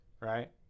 Right